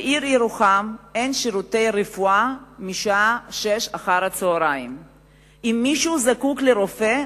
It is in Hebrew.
בעיר ירוחם אין שירותי רפואה מהשעה 18:00. אם מישהו זקוק לרופא,